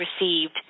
received